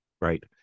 right